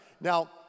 Now